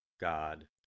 God